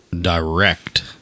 direct